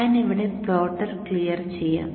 ഞാൻ ഇവിടെ plotter clear ചെയ്യാം